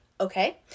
okay